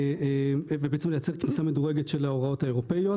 ולמעשה לייצר כניסה מדורגת של ההוראות האירופיות.